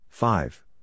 Five